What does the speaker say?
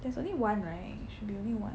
there's only one right should be only one